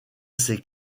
ses